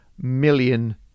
million